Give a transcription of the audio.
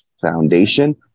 foundation